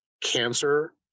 Cancer